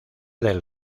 del